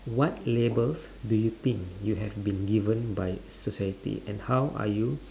what labels do you think you have been given by society and how are you